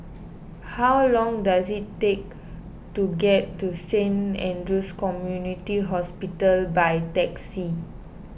how long does it take to get to Saint andrew's Community Hospital by taxi